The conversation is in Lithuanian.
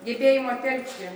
gebėjimo telkti